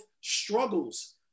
struggles